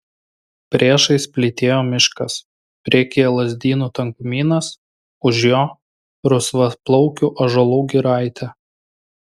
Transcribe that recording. priešais plytėjo miškas priekyje lazdynų tankumynas už jo rusvaplaukių ąžuolų giraitė